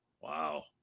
Wow